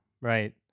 right